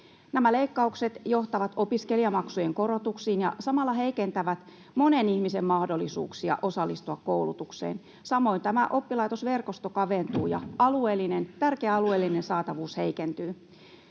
Nämä leikkaukset johtavat opiskelijamaksujen korotuksiin ja samalla heikentävät monen ihmisen mahdollisuuksia osallistua koulutukseen. Samoin tämä oppilaitosverkosto kaventuu ja tärkeä alueellinen saatavuus heikentyy.